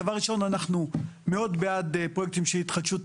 דבר ראשון אנחנו מאוד בעד פרויקטים של התחדשות עירונית.